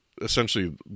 essentially